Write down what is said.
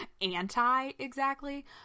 anti-exactly